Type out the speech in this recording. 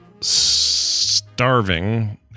Starving